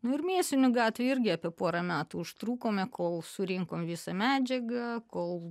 ir mėsinių gatvė irgi apie porą metų užtrukome kol surinkom visą medžiagą kol